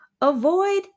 Avoid